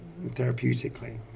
therapeutically